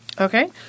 Okay